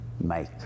make